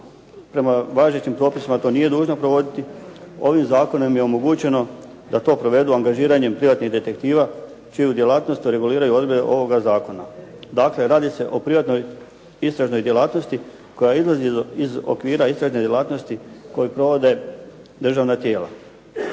prema važećim propisima to nije dužna provoditi, ovim zakonom je omogućeno da to provedu angažiranjem privatnih detektiva čiju djelatnost reguliraju odredbe ovoga zakona. Dakle, radi se o privatnoj istražnoj djelatnosti koja izlazi iz okvira istražne djelatnosti koju provode državna tijela.